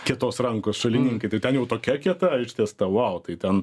kietos rankos šalininkai tai ten jau tokia kieta ištiesta vay tai ten